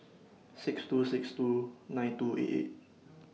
six two six two nine two eight eight